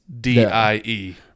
D-I-E